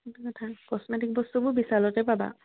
সেইটো কথা কছমেটিক বস্তুবোৰ বিশালতে পাবা